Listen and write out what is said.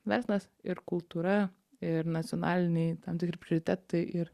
verslas ir kultūra ir nacionaliniai tam tikri prioritetai ir